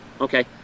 okay